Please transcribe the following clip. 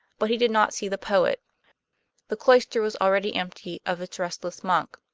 but he did not see the poet the cloister was already empty of its restless monk.